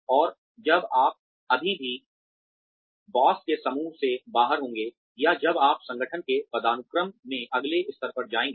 और जब आप अभी भी बॉस के समूह से बाहर होंगे या जब आप संगठन के पदानुक्रम में अगले स्तर पर जाएंगे